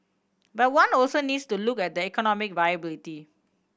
but one also needs to look at the economic viability